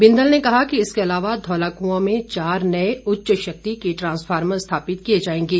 बिंदल ने कहा कि इसके अलावा धौलाकुआ में चार नए उच्च शक्ति के ट्रांसफार्मर स्थापित किए जाएंगे